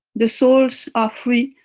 the souls are free,